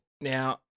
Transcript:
Now